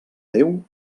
déu